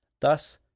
Thus